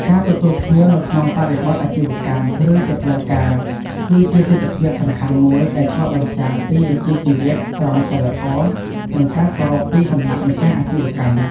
ការទទួលភ្ញៀវនៅក្នុងបរិបទអាជីវកម្ម ឬជាផ្លូវការ គឺជាទិដ្ឋភាពសំខាន់មួយដែលឆ្លុះបញ្ចាំងពីវិជ្ជាជីវៈ ក្រមសីលធម៌ និងការគោរពពីសំណាក់ម្ចាស់អាជីវកម្ម។